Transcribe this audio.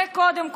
זה קודם כול.